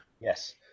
Yes